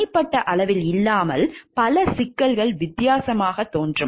தனிப்பட்ட அளவில் இல்லாமல் பல சிக்கல்கள் வித்தியாசமாகத் தோன்றும்